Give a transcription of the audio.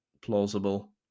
plausible